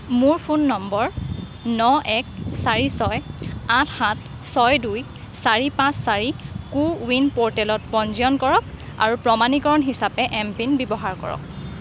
মোৰ phone number ন এক চাৰি ছয় আঠ সাত ছয় দুই চাৰি পাঁচ চাৰি কো ৱিন প'ৰ্টেলত পঞ্জীয়ন কৰক আৰু প্ৰমাণীকৰণ হিচাপে এম পিন ব্যৱহাৰ কৰক